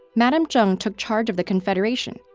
madame zheng took charge of the confederation,